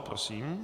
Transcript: Prosím.